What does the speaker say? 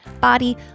body